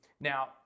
Now